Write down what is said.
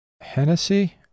Hennessy